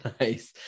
nice